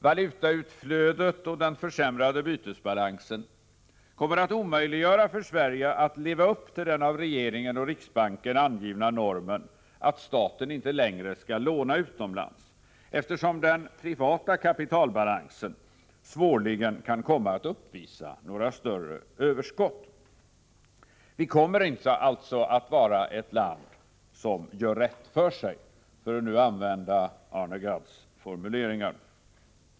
Valutautflödet och den försämrade bytesbalansen kommer att omöjliggöra för Sverige att leva upp till den av regeringen och riksbanken angivna normen att staten icke längre skall låna utomlands, eftersom den privata kapitalbalansen svårligen kan komma att uppvisa några större överskott. Sverige kommer alltså inte att vara ett land som gör rätt för sig, för att nu använda Arne Gadds formulering.